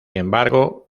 embargo